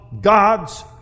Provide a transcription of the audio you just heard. God's